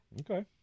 Okay